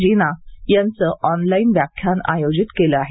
जेना यांचं ऑनलाइन व्याख्यान आयोजित केलं आहे